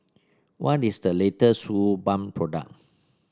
when is the latest Suu Balm product